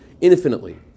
infinitely